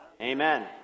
Amen